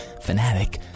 fanatic